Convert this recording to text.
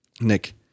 Nick